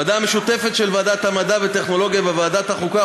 בוועדה המשותפת של ועדת המדע והטכנולוגיה וועדת החוקה,